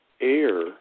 air